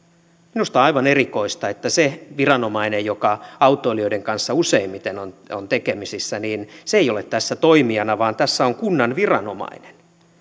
minusta on aivan erikoista että se viranomainen joka autoilijoiden kanssa useimmiten on on tekemisissä ei ole tässä toimijana vaan tässä on kunnan viranomainen